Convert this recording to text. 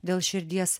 dėl širdies